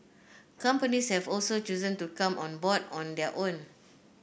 companies have also chosen to come on board on their own